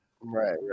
Right